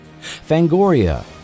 Fangoria